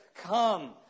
Come